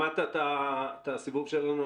שמעת את הסיבוב שלנו,